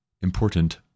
important